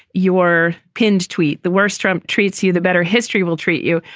your pinned tweet, the worst trump treats you, the better history will treat you.